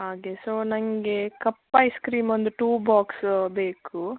ಹಾಗೆ ಸೊ ನನಗೆ cup ice cream ಒಂದು ಟು ಬಾಕ್ಸ ಬೇಕು